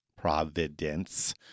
Providence